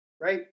right